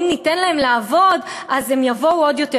אם ניתן להם לעבוד, יבואו עוד יותר.